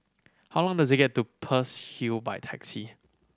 how long does it get to Peirce Hill by taxi